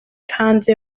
hanze